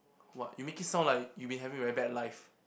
!wah! you make it sound like you been having a very bad life